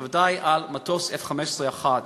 ובוודאי על מטוס F-15 אחד.